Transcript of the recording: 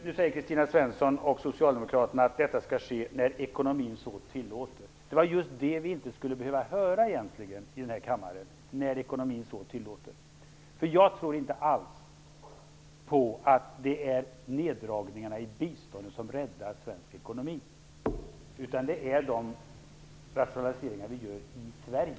Nu säger Kristina Svensson och Socialdemokraterna att detta skall ske när ekonomin så tillåter. Det var just det vi inte skulle behöva höra i denna kammare. Jag tror inte alls på att det är neddragningarna i biståndet som räddar svensk ekonomi, utan det är de rationaliseringar vi gör i Sverige.